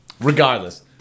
Regardless